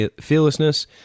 fearlessness